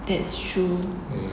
that's true